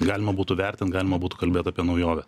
galima būtų vertint galima būtų kalbėt apie naujovę